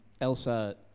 Elsa